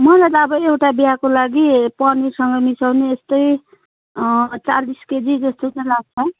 मलाई त अब एउटा बिहाको लागि पनिरसँग मिसाउने यस्तै चालिस केजी जस्तो चाहिँ लाग्छ